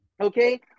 Okay